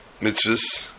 mitzvahs